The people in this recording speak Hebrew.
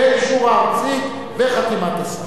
ואישור הארצית, וחתימת השר.